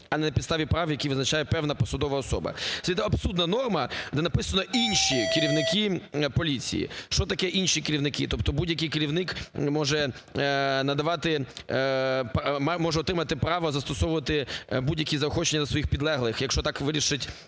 а не на підставі прав, які визначає певна посадова особа. Це є абсурдна норма, де написано "інші керівники поліції". Що таке "інші керівники"? Тобто будь-який керівник може надавати… може отримати право застосовувати будь-які заохочення для своїх підлеглих, якщо так вирішить